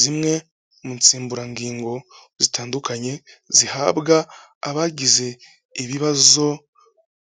Zimwe mu nsimburangingo zitandukanye zihabwa abagize ibibazo